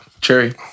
cherry